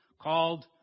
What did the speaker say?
called